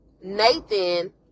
nathan